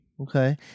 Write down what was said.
Okay